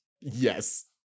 Yes